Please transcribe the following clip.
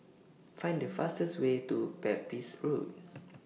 Find The fastest Way to Pepys Road